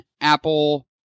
Apple